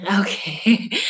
okay